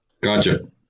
gotcha